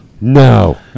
No